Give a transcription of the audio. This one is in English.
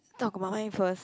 talk about mine first